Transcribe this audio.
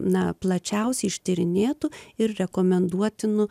na plačiausiai ištyrinėtų ir rekomenduotinų